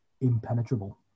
impenetrable